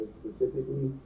specifically